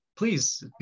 Please